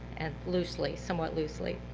and loosely, somewhat loosely.